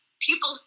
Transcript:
people